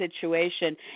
situation